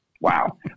wow